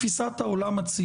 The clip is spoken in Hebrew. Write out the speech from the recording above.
אבל איך זה פתאום הפך ל-1,000?